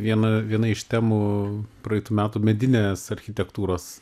viena viena iš temų praeitų metų medinės architektūros